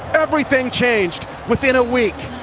everything changed within a week.